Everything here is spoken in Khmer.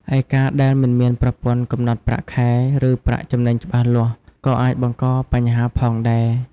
ឯ ការដែលមិនមានប្រព័ន្ធកំណត់ប្រាក់ខែ ឬប្រាក់ចំណេញច្បាស់លាស់ ក៏អាចបង្កបញ្ហាផងដែរ។